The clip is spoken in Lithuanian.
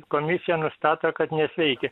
komisija nustato kad nesveiki